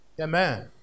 Amen